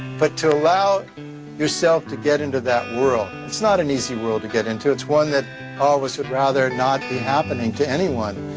but to allow yourself to get into that world, it's not an easy world to get into. it's one of ah us would rather not be happening to anyone.